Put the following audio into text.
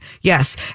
yes